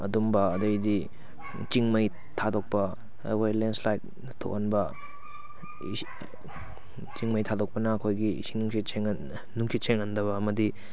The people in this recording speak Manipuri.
ꯑꯗꯨꯝꯕ ꯑꯗꯩꯗꯤ ꯆꯤꯡ ꯃꯩ ꯊꯥꯗꯣꯛꯄ ꯑꯩꯈꯣꯏ ꯂꯦꯟꯁ꯭ꯂꯥꯏꯗ ꯊꯣꯛꯍꯟꯕ ꯆꯤꯡ ꯃꯩ ꯊꯥꯗꯣꯛꯄꯅ ꯑꯩꯈꯣꯏꯒꯤ ꯏꯁꯤꯡ ꯅꯨꯡꯁꯤꯠ ꯅꯨꯡꯁꯤꯠ ꯁꯦꯡꯍꯟꯗꯕ ꯑꯃꯗꯤ